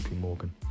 Morgan